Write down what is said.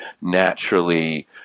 naturally